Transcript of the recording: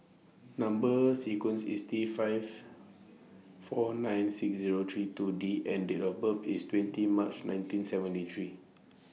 Number sequence IS T five four nine six Zero three two D and Date of birth IS twenty March nineteen seventy three